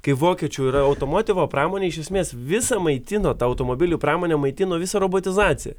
kai vokiečių yra automotivo pramonė iš esmės visą maitino ta automobilių pramonė maitino visą robotizaciją